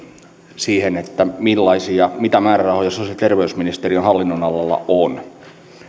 siihen mitä määrärahoja sosiaali ja terveysministeriön hallinnonalalla on